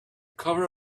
cover